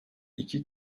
iki